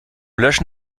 löschen